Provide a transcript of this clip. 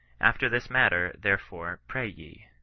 after this manner, therefore, pray ye.